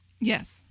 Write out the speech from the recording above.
Yes